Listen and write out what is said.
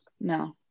No